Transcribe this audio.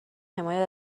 حمایت